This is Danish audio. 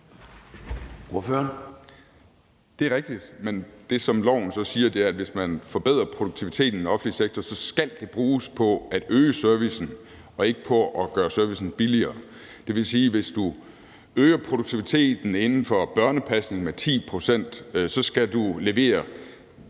Det er rigtigt, men det, som lovforslaget siger, er, at hvis man forbedrer produktiviteten i den offentlige sektor, skal det bruges på at øge servicen og ikke på at gøre servicen billigere. Det vil sige, at hvis du øger produktiviteten inden for børnepasning med 10 pct., skal du bruge